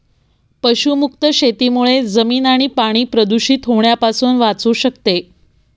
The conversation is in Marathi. पशुमुक्त शेतीमुळे जमीन आणि पाणी प्रदूषित होण्यापासून वाचू शकते